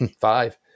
five